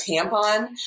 tampon